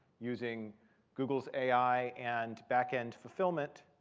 using google's ai and back end fulfillment.